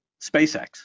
SpaceX